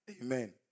Amen